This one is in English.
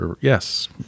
Yes